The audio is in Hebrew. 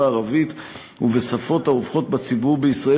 הערבית ובשפות הרווחות בציבור בישראל,